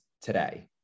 today